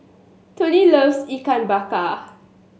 Toni loves Ikan Bakar